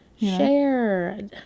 Share